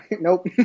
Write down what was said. nope